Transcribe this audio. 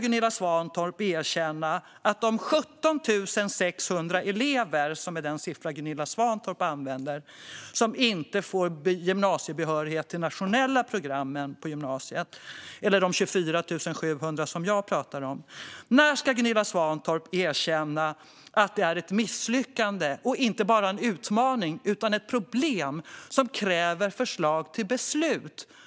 Gunilla Svantorp använder siffran 17 600 om de elever som inte får behörighet till de nationella programmen på gymnasiet - jag pratar om 24 700. När ska Gunilla Svantorp erkänna att detta är ett misslyckande och att det inte bara är en utmaning utan ett problem som kräver förslag till beslut?